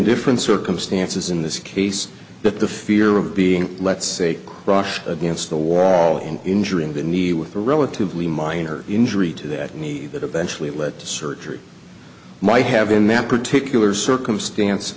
different circumstances in this case but the fear of being let's say crushed against the wall and injuring the needy with a relatively minor injury to that need that eventually led to surgery might have been that particular circumstance